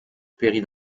périt